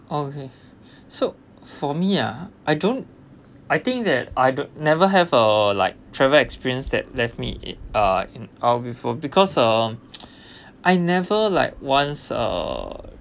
okay so for me ah I don't I think that I don't never have a like travel experience that left me in uh in awe before because uh I never like once uh